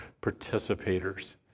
participators